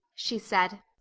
she said.